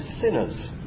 sinners